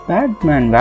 Batman